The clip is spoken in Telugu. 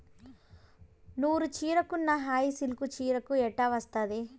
నూరు చీరకున్న హాయి సిల్కు చీరకు ఎట్టా వస్తాది